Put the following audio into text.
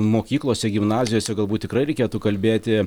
mokyklose gimnazijose galbūt tikrai reikėtų kalbėti